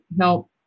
help